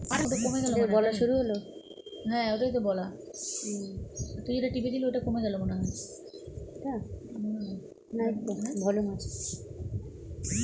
মৎস্য চাষের ক্ষেত্রে আবহাওয়া পরিবর্তন কত নির্ভরশীল?